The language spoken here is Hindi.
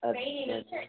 अच्छा जी